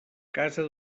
casa